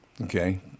Okay